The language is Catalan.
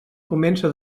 comença